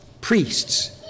priests